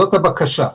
זאת הבקשה.